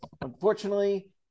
unfortunately